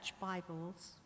Bibles